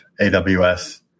AWS